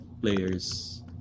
players